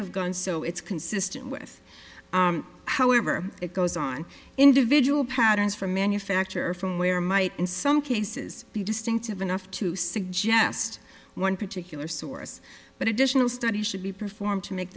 of gun so it's consistent with however it goes on individual patterns from manufacture from where might in some cases be distinctive enough to suggest one particular source but additional studies should be performed to make